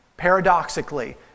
paradoxically